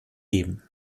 geben